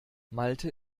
malte